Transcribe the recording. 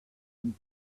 and